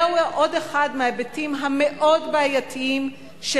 זהו עוד אחד מההיבטים המאוד-בעייתיים של